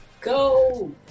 go